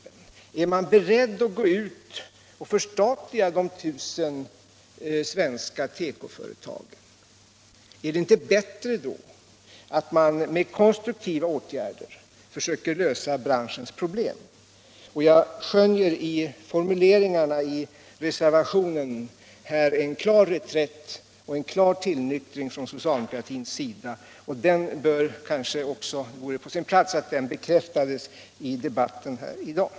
Är man på det hållet beredd att föreslå ett förstatligande av de 1000 svenska tekoföretagen? Är det inte bättre att med konstruktiva åtgärder försöka lösa branschens problem? Jag skönjer i reservationens formuleringar en klar reträtt och en tillnyktring bland socialdemokratins företrädare, och det vore kanske också på sin plats att detta bekräftades i debatten här i dag.